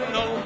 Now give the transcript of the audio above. no